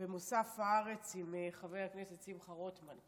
במוסף הארץ עם חבר הכנסת שמחה רוטמן.